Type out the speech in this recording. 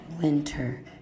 winter